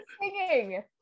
singing